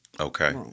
Okay